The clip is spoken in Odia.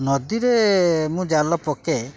ନଦୀରେ ମୁଁ ଜାଲ ପକାଏ